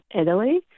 Italy